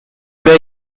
were